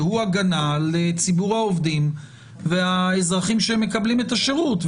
שהוא הגנה על ציבור העובדים והאזרחים שמקבלים את השירות.